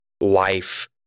life